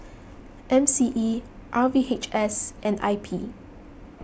M C E R V H S and I P